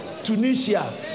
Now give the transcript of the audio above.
Tunisia